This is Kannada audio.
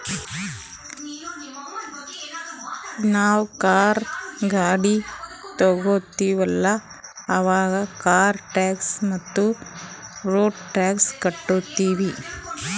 ನಾವ್ ಕಾರ್, ಗಾಡಿ ತೊಗೋತೀವಲ್ಲ, ಅವಾಗ್ ಕಾರ್ ಟ್ಯಾಕ್ಸ್ ಮತ್ತ ರೋಡ್ ಟ್ಯಾಕ್ಸ್ ಕಟ್ಟತೀವಿ